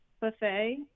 Buffet